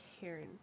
Karen